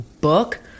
book